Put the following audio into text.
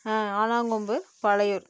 ஆ Alangombu Palaiyur